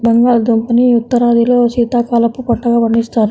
బంగాళాదుంపని ఉత్తరాదిలో శీతాకాలపు పంటగా పండిస్తారు